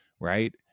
right